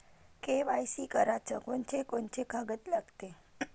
KYC कराच कोनचे कोनचे कागद लागते?